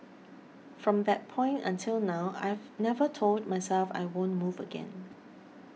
from that point until now I've never told myself I won't move again